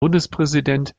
bundespräsident